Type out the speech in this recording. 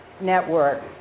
Network